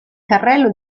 carrello